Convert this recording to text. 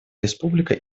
республика